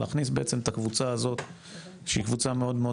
להכניס את הקבוצה הזו שהיא קבוצה מאוד מאוד